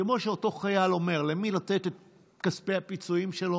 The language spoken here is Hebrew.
כמו שאותו חייל אומר למי לתת את כספי הפיצויים שלו,